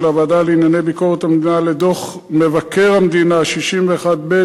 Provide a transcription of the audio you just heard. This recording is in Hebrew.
הוועדה לענייני ביקורת המדינה לדוח מבקר המדינה 61ב,